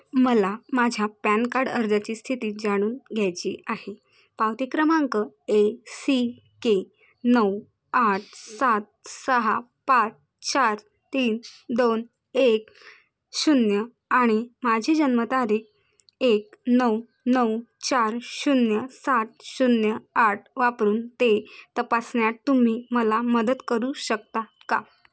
मला माझ्या PAN card अर्जाची स्थिती जाणून घ्यायची आहे पावती क्रमांक ए सी के नऊ आठ सात सहा पाच चार तीन दोन एक शून्य आणि माझी जन्मतारीख एक नऊ नऊ चार शून्य सात शून्य आठ वापरून ते तपासण्यात तुम्ही मला मदत करू शकता का